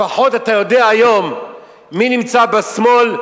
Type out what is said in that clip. לפחות אתה יודע היום מי נמצא בשמאל,